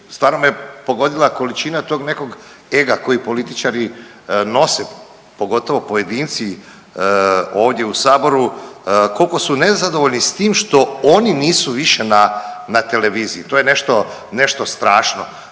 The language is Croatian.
Stvarno me pogodila količina tog nekog ega koji političari nose pogotovo pojedinci ovdje u Saboru, koliko su nezadovoljni s tim što oni nisu više na televiziji, to je nešto strašno.